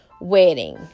wedding